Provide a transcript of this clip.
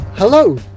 Hello